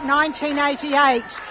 1988